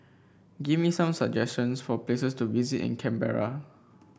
give me some suggestions for places to visit in Canberra